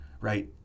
Right